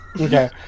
Okay